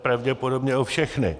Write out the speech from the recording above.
Pravděpodobně o všechny.